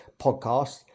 podcast